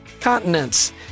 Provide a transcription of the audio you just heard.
continents